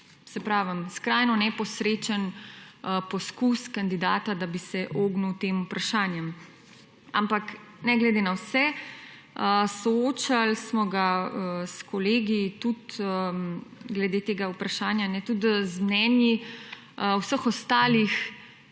saj pravim, skrajno neposrečen poskus kandidata, da bi se ognil tem vprašanjem. Ampak ne glede na vse, soočali smo ga s kolegi tudi glede tega vprašanja, tudi z mnenji vseh ostalih